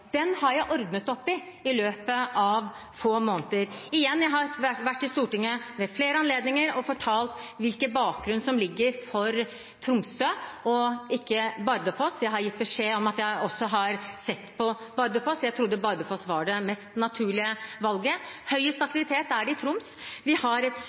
Den har jeg ordnet opp i i løpet av få måneder. Igjen: Jeg har vært i Stortinget ved flere anledninger og fortalt hvilken bakgrunn som foreligger for valget av Tromsø og ikke Bardufoss. Jeg har gitt beskjed om at jeg også har sett på Bardufoss. Jeg trodde Bardufoss var det mest naturlige valget. Høyest aktivitet er det i Troms. Vi har et